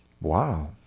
Wow